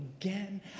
again